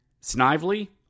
Snively